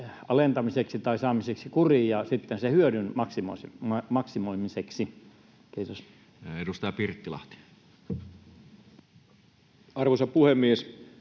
alentamiseksi tai saamiseksi kuriin ja sitten sen hyödyn maksimoimiseksi? — Kiitos. [Speech 295] Speaker: Toinen varapuhemies